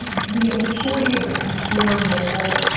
the maturity of the consumer mobile,